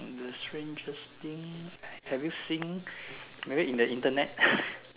the strangest thing ever seen maybe in the Internet